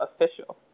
official